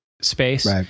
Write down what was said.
space